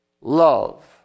Love